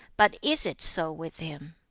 but is it so with him